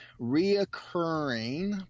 reoccurring